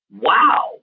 Wow